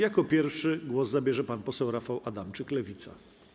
Jako pierwszy głos zabierze pan poseł Rafał Adamczyk, Lewica.